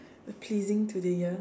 uh pleasing to the ear